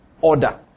order